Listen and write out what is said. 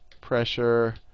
pressure